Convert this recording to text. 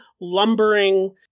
lumbering